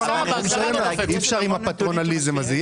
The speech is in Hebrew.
אי אפשר עם הפטרנליזם הזה.